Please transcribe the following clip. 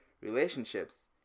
relationships